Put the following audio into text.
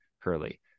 Curly